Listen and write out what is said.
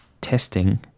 testing